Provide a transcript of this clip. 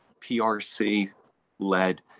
prc-led